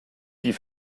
die